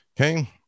Okay